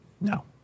No